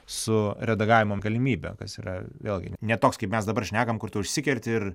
su redagavimo galimybe kas yra vėlgi ne toks kaip mes dabar šnekam kur tu užsikerti ir